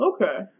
Okay